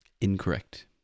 Incorrect